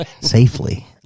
Safely